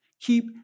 Keep